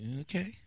Okay